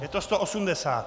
Je to 180.